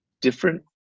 different